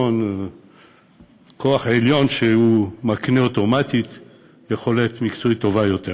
כוח עליון שמקנה אוטומטית יכולת מקצועית טובה יותר.